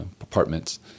apartments